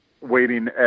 waiting